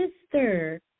sister